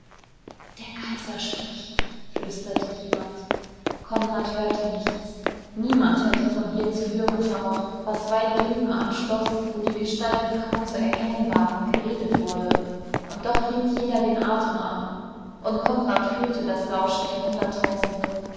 der kaiser spricht flüsterte jemand konrad hörte nichts niemand hätte von hier zu hören vermocht was weit drüben am schloß wo die gestalten kaum zu erkennen waren geredet wurde und doch hielt jeder den atem an und konrad fühlte das lauschen der hunderttausende